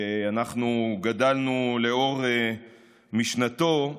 שאנחנו גדלנו לאור משנתו,